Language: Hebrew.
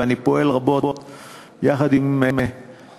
ואני פועל רבות יחד עם ידידי,